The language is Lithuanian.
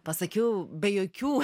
pasakiau be jokių